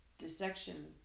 dissection